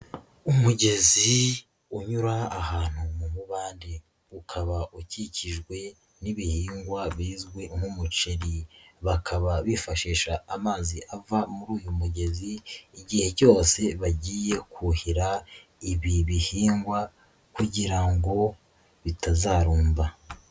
Umugezi unyura ahantu mu mubande ukaba ukikijwe n'ibihingwa bizwi nk'umuceri, bakaba bifashisha amazi ava muri uyu mugezi igihe cyose bagiye kuhira ibi bihingwa kugira ngo bitazarumba.